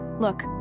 look